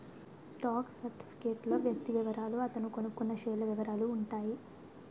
stock certificate లో వ్యక్తి వివరాలు అతను కొన్నకొన్న షేర్ల వివరాలు ఉంటాయి